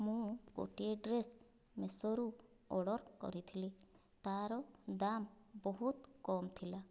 ମୁଁ ଗୋଟିଏ ଡ୍ରେସ୍ ମିସୋରୁ ଅର୍ଡ଼ର କରିଥିଲି ତାର ଦାମ ବହୁତ କମ୍ ଥିଲା